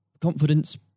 confidence